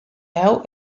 hau